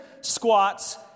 squats